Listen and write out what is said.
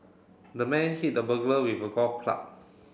the man hit the burglar with a golf club